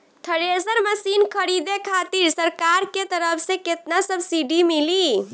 Thresher machine खरीदे खातिर सरकार के तरफ से केतना सब्सीडी मिली?